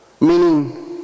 Meaning